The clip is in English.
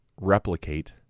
replicate